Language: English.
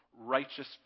righteous